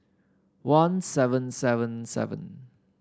one seven seven seven